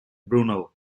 brunel